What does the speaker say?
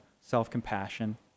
self-compassion